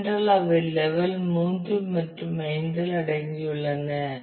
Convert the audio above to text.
ஏனென்றால் அவை லெவல் 3 மற்றும் 5 இல் அடங்கியுள்ளன